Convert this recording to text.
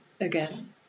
again